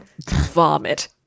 vomit